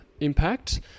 impact